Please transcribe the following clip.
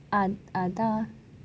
அ அதான்:a athaan